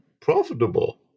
profitable